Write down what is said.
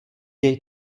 jej